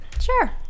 sure